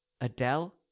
Adele